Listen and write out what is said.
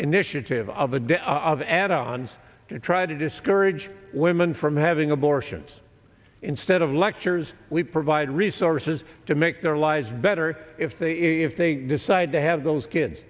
initiative of a debt of add ons to try to discourage women from having abortions instead of lectures we provide resources to make their lives better if they if they decide to have those kids